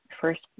first